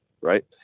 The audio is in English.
right